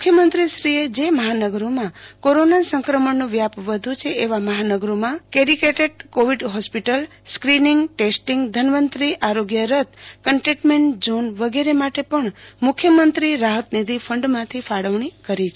મુખ્યમંત્રીશ્રીએ જે મહાનગરોમાં કોરોના સંક્રમણનો વ્યાપ વધુ છે એવા મહાનગરોમાં dedicated covid hospital screening testing Dhanvantari આરોગ્ય રથ કન્ટેમેન્ટ ઝોન વગેરે માટે પણ મુખ્યમંત્રી રાહતનિધી ફંડમાંથી ફાળવણી કરી છે